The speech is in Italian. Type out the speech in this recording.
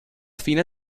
fine